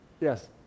Yes